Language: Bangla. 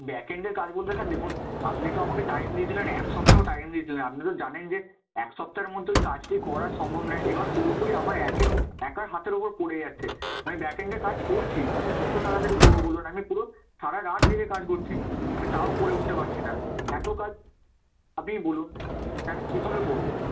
ব্যাক এন্ডের কাজ বলতে স্যার দেখুন আপনি তো আমাকে টাইম দিয়েছিলেন এক সপ্তাহ টাইম দিয়েছিলেন আপনি তো জানেন যে এক সপ্তাহের মধ্যে ওই কাজটি করা সম্ভব নয় এবার পুরোপুরি আমার একের একার হাতের ওপর পড়ে যাচ্ছে আমি ব্যাক এন্ডের কাজ করছি আমি কত তাড়াতাড়ি করব বলুন আমি পুরো সারা রাত জেগে কাজ করছি আমি তাও করে উঠতে পারছি না এত কাজ আপনিই বলুন কীভাবে করব